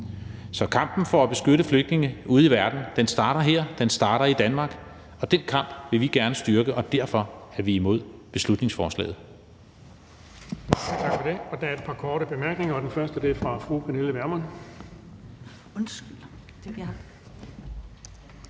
Så kampen for at beskytte flygtninge ude i verden starter her, den starter i Danmark. Den kamp vi vil gerne styrke, og derfor er vi imod beslutningsforslaget.